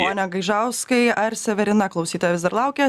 pone gaižauskai ar severina klausytoja vis dar laukia